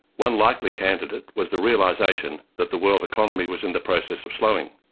one likely candidate was the realisation that the world economy was in the process of slowing.